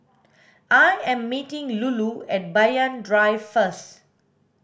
I am meeting Lulu at Banyan Drive first